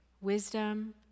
wisdom